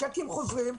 צ'קים חוזרים,